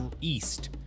east